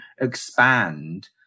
expand